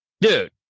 Dude